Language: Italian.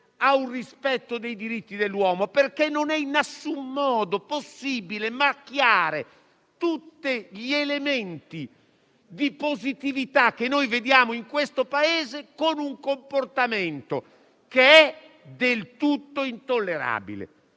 a un rispetto dei diritti dell'uomo, perché non è in nessun modo possibile macchiare tutti gli elementi di positività, che noi vediamo in questo Paese, con un comportamento che è del tutto intollerabile.